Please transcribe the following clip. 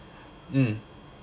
mm